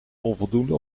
onvoldoende